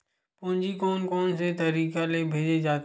पूंजी कोन कोन तरीका ले भेजे जाथे?